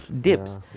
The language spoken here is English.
dips